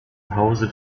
hause